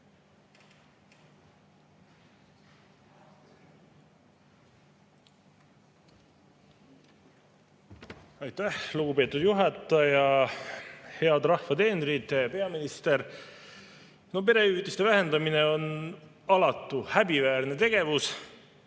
Aitäh, lugupeetud juhataja! Head rahva teenrid! Hea peaminister! No perehüvitiste vähendamine on alatu häbiväärne tegu